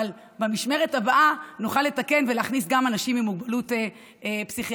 אבל שבמשמרת הבאה נוכל לתקן ולהכניס גם אנשים עם מוגבלות פסיכיאטרית.